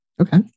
Okay